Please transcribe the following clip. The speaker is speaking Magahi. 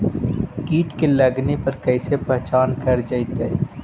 कीट के लगने पर कैसे पहचान कर जयतय?